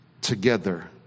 together